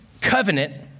covenant